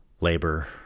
labor